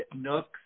nooks